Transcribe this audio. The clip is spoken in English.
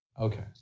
okay